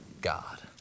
God